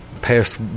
Past